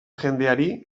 jendeari